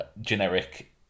generic